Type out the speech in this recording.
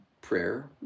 prayer